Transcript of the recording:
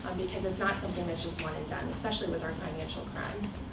because it's not something that one and done, especially with our financial crimes.